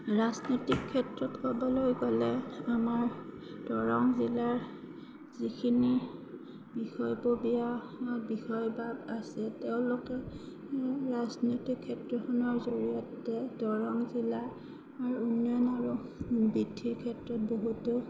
ৰাজনীতিক ক্ষেত্ৰত ক'বলৈ গ'লে আমাৰ দৰং জিলাৰ যিখিনি বিষয়ববীয়া বিষয়বাব আছে তেওঁলোকে ৰাজনীতিক ক্ষেত্ৰখনৰ জৰিয়তে দৰং জিলাৰ উন্নয়ন আৰু বৃদ্ধিৰ ক্ষেত্ৰত বহুতো